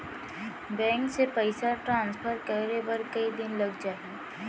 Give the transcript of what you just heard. Bank से पइसा transfer करे बर कई दिन लग जाही?